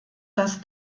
das